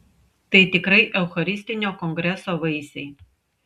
tai tikrai eucharistinio kongreso vaisiai